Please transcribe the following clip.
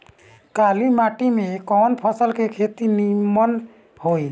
काली माटी में कवन फसल के खेती नीमन होई?